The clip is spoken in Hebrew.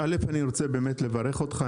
א' אני רוצה באמת לברך אותך,